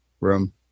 room